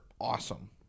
awesome